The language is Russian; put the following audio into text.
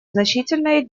значительные